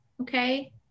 Okay